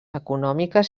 econòmiques